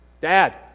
Dad